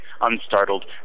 unstartled